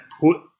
put